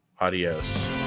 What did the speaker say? Adios